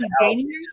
January